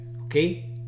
okay